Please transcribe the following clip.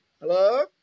Hello